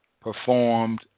performed